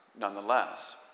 nonetheless